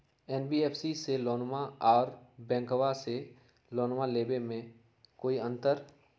NBFC से लोनमा आर बैंकबा से लोनमा ले बे में कोइ अंतर?